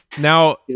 Now